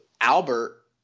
Albert